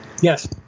yes